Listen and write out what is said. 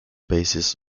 basis